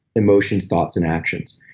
emotions thoughts, and actions.